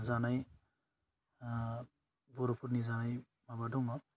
जानाय बर'फोरनि जानाय माबा दङ